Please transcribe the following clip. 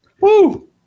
Woo